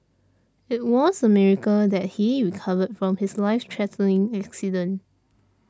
it was a miracle that he recovered from his life threatening accident